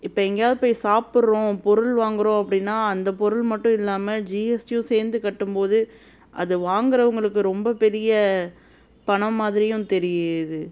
இப்போ எங்கேயாவது போய் சாப்பிட்றோம் பொருள் வாங்கிறோம் அப்படின்னா அந்த பொருள் மட்டும் இல்லாமல் ஜிஎஸ்டியும் சேர்ந்து கட்டும்போது அது வாங்கிறவங்களுக்கு ரொம்ப பெரிய பணம் மாதிரியும் தெரியுது